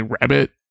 rabbit